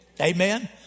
Amen